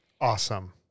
Awesome